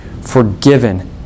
forgiven